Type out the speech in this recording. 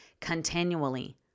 continually